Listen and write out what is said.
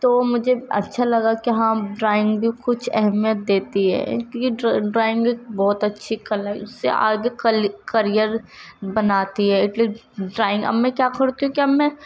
تو مجھے اچّھا لگا کہ ہاں ڈرائنگ بھی کچھ اہمیت دیتی ہے کیونکہ ڈرائنگ ایک بہت اچھی کلر اس سے آگے کریر بناتی ہے ڈرائنگ اب میں کیا کرتی ہوں کہ اب میں